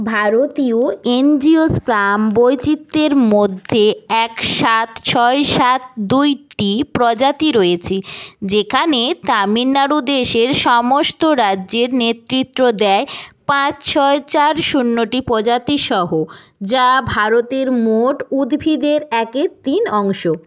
ভারতীয় অ্যাঞ্জিওস্পার্ম বৈচিত্রের মধ্যে এক সাত ছয় সাত দুইটি প্রজাতি রয়েছে যেখানে তামিলনাড়ু দেশের সমস্ত রাজ্যের নেতৃত্ব দেয় পাঁচ ছয় চার শূন্যটি প্রজাতি সহ যা ভারতের মোট উদ্ভিদের একের তিন অংশ